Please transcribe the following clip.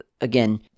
Again